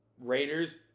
Raiders